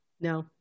No